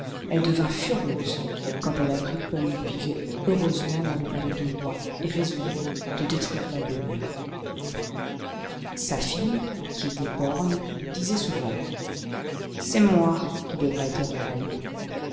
elle devint furieuse quand elle apprit comme ils vivaient heureusement dans le palais du roi et résolut de détruire leur bonheur sa fille qui était borgne lui disait souvent c'est moi qui devrais être reine